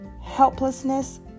helplessness